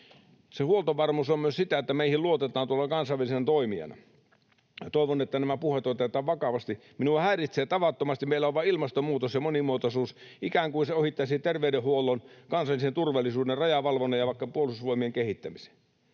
Se huoltovarmuus on myös sitä, että meihin luotetaan tuolla kansainvälisenä toimijana. Toivon, että nämä puheet otetaan vakavasti. Minua häiritsee tavattomasti, että meillä on vain ilmastonmuutos ja monimuotoisuus, ikään kuin ne ohittaisivat terveydenhuollon, kansallisen turvallisuuden, rajavalvonnan ja vaikka puolustusvoimien kehittämisen.